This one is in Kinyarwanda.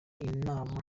inama